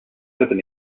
urban